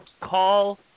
call